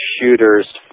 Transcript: shooter's